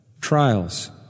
trials